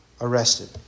arrested